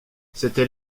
c’était